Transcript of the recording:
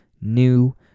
new